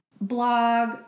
blog